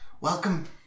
Welcome